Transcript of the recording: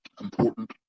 important